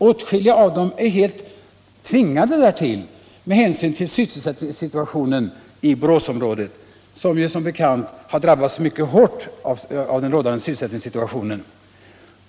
Åtskilliga av dem är helt enkelt tvingade därtill med hänsyn till sysselsättningssituationen i Boråsområdet, vilket som bekant har drabbats mycket hårt av den rådande sysselsättningssituationen.